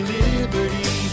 liberty